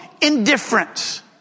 indifference